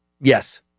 Yes